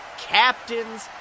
captain's